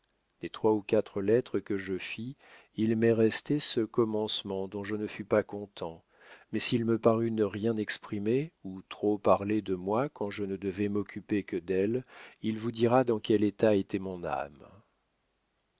des trois ou quatre lettres que je fis il m'est resté ce commencement dont je ne fus pas content mais s'il me parut ne rien exprimer ou trop parler de moi quand je ne devais m'occuper que d'elle il vous dira dans quel état était mon âme